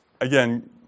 again